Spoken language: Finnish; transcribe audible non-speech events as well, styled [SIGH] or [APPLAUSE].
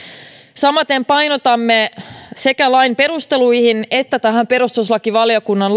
samaten painotamme sekä lain perusteluihin että tähän perustuslakivaliokunnan [UNINTELLIGIBLE]